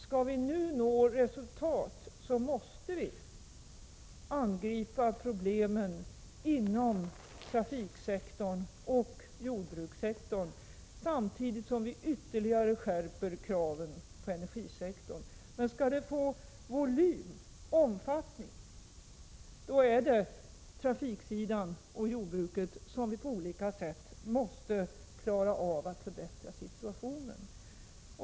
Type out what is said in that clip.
Skall vi nå resultat måste vi angripa problemen inom trafiksektorn och jordbrukssektorn samtidigt som vi ytterligare skärper kraven på energisektorn. Skall dessa krav få volym och omfattning, måste situationen på trafiksidan och inom jordbruket på olika sätt förbättras.